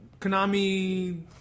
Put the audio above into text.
Konami